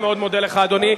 אני מאוד מודה לך, אדוני.